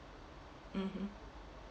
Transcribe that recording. mmhmm